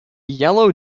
yellow